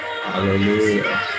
Hallelujah